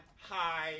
Hi